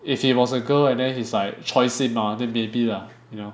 if he was a girl and then he's like choicy ah then maybe lah you know